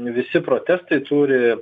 visi protestai turi